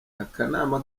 akanama